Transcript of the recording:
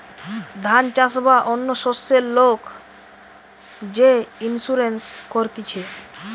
ধান চাষ বা অন্য শস্যের লোক যে ইন্সুরেন্স করতিছে